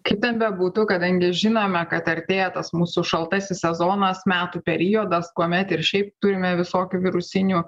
kaip ten bebūtų kadangi žinome kad artėja tas mūsų šaltasis sezonas metų periodas kuomet ir šiaip turime visokių virusinių